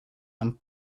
and